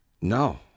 no